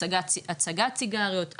הצגת סיגריות,